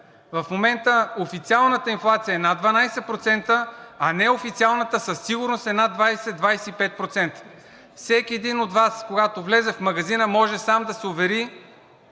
В момента официалната инфлация е над 12%, а неофициалната със сигурност е над 20 – 25%. Всеки един от Вас, когато влезе в магазина, може сам да се увери,